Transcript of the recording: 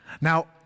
Now